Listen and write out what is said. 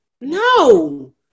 No